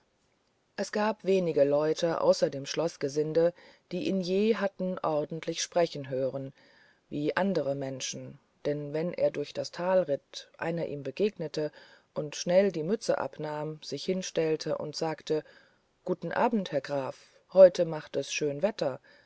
es gab wenige leute außer dem schloßgesinde die ihn je hatten ordentlich sprechen hören wie andere menschen denn wenn er durch das tal ritt einer ihm begegnete und schnell die mütze abnahm sich hinstellte und sagte guten abend herr graf heute macht es schön wetter